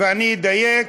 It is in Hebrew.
אני אדייק,